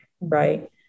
Right